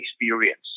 experience